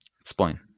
Explain